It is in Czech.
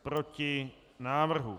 Proti návrhu.